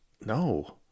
No